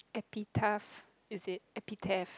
a bit tough is it test